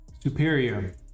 superior